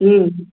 ह्म्